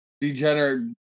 degenerate